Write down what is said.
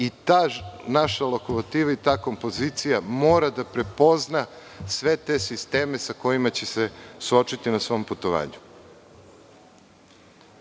i ta naša lokomotiva i ta naša kompozicija moraju da prepoznaju sve te sisteme sa kojima će se suočiti na svom putovanju. Ovaj